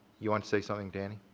you want to say something danny?